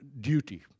duty